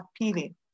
appealing